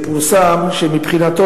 ופורסם שמבחינתו,